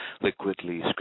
liquidly